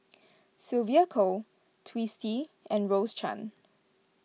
Sylvia Kho Twisstii and Rose Chan